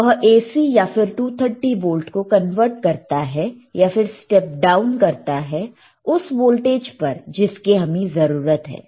वह AC या फिर 230 वोल्ट को कन्वर्ट करता है या फिर स्टेप डाउन करता है उस वोल्टेज पर जिसकी हमें जरूरत है